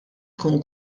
ikun